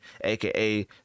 aka